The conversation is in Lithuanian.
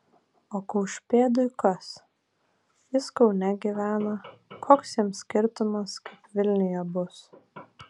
o kaušpėdui kas jis kaune gyvena koks jam skirtumas kaip vilniuje bus